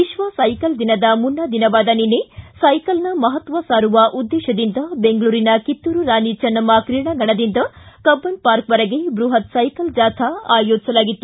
ವಿಶ್ವ ಸೈಕಲ್ ದಿನದ ಮುನ್ನಾ ದಿನವಾದ ನಿನ್ನೆ ಸೈಕಲ್ನ ಮಹತ್ವ ಸಾರುವ ಉದ್ದೇಶದಿಂದ ಬೆಂಗಳೂರಿನ ಕಿತ್ತೂರು ರಾಣಿ ಚೆನ್ನಮ್ಮ ಕ್ರೀಡಾಂಗಣದಿಂದ ಕಬ್ಬನ್ ಪಾರ್ಕ್ವರೆಗೆ ಬೃಹತ್ ಸೈಕಲ್ ಜಾಥಾ ಆಯೋಜಿಸಲಾಗಿತ್ತು